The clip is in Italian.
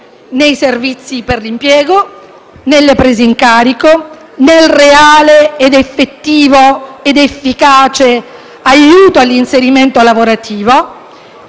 nei servizi per l'impiego, nelle prese in carico e nel reale, effettivo ed efficace aiuto all'inserimento lavorativo.